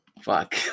fuck